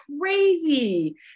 crazy